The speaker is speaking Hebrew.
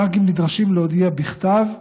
הבנקים נדרשים להודיע בכתב,